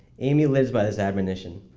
amy lives by this admonition.